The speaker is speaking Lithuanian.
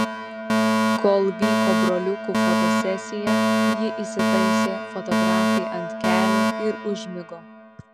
kol vyko broliukų fotosesija ji įsitaisė fotografei ant kelių ir užmigo